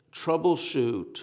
troubleshoot